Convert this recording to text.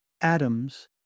Atoms